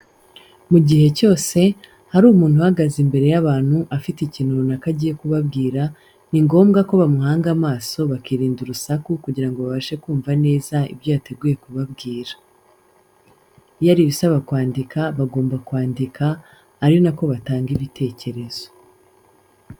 Mu gihe cyose, hari umuntu uhagaze imbere y'abantu afite ikintu runaka agiye kubabwira, ni ngombwa ko bamuhanga amaso bakirinda urusaku kugira ngo babashe kumva neza ibyo yateguye kubabwira. Iyo ari ibisaba kwandika bagomba kwandika ari na ko batanga ibitekerezo.